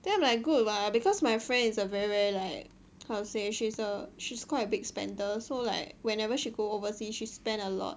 then I'm like good [what] because my friend is a very very like how to say she's a she's quite a big spender so like whenever she go overseas she spend a lot